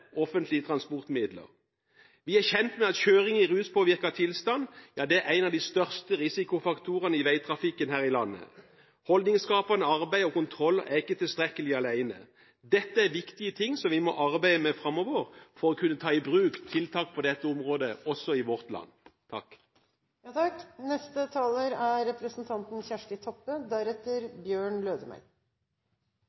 offentlige transportmidler. Vi er kjent med at kjøring i ruspåvirket tilstand er en av de største risikofaktorene i veitrafikken her i landet. Holdningsskapende arbeid og kontroll er ikke alene tilstrekkelig. Dette er viktige ting som vi må arbeide med framover for å kunne ta i bruk tiltak på dette området, også i vårt land.